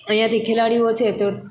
અહીંયાંથી ખેલાડીઓ છે તેઓ